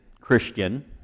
Christian